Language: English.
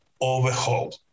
overhaul